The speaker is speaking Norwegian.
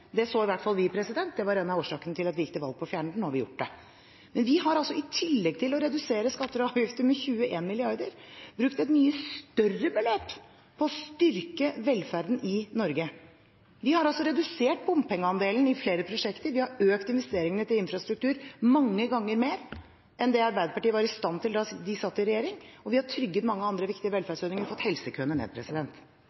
så i hvert fall vi, og det var en av årsakene til at vi gikk til valg på å fjerne den. Nå har vi gjort det. Men vi har i tillegg til å redusere skatter og avgifter med 21 mrd. kr brukt et mye større beløp på å styrke velferden i Norge. Vi har redusert bompengeandelen i flere prosjekter, vi har økt investeringene til infrastruktur mange ganger mer enn det Arbeiderpartiet var i stand til da de satt i regjering, og vi har trygget mange andre viktige